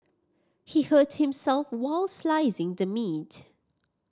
he hurt himself while slicing the meat